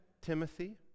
Timothy